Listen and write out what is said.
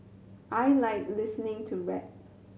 I like listening to rap